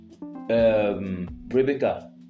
Rebecca